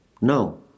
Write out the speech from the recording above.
No